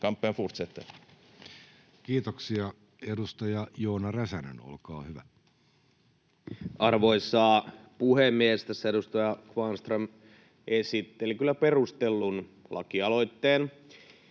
Kampen fortsätter. Kiitoksia. — Edustaja Joona Räsänen, olkaa hyvä. Arvoisa puhemies! Tässä edustaja Kvarnström esitteli kyllä perustellun lakialoitteen,